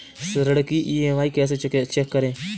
ऋण की ई.एम.आई कैसे चेक करें?